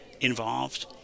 involved